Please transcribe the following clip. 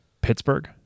Pittsburgh